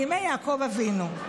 מימי יעקב אבינו.